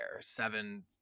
seven